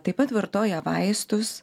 taip pat vartoja vaistus